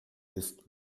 ist